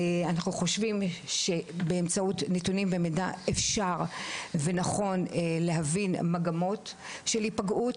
אנחנו חושבים שבאמצעות נתונים ומידע אפשר ונכון להבין מגמות של היפגעות,